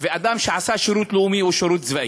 ואדם שעשה שירות לאומי או שירות צבאי.